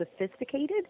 sophisticated